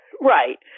Right